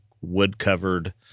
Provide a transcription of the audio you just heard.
wood-covered